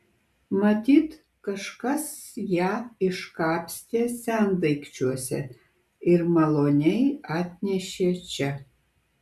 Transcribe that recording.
matyt kažkas ją iškapstė sendaikčiuose ir maloniai atnešė čia